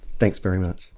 thanks very much.